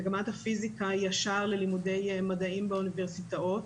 מגמת הפיזיקה היא השער ללימודי מדעים באוניברסיטאות